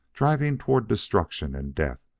driving toward destruction and death,